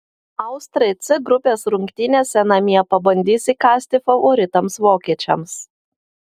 austrai c grupės rungtynėse namie pabandys įkąsti favoritams vokiečiams